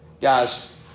Guys